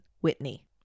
Whitney